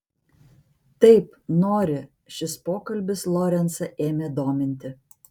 taip nori šis pokalbis lorencą ėmė dominti